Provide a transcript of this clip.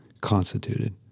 constituted